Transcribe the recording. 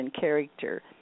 character